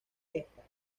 estas